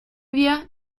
wir